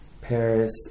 Paris